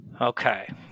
Okay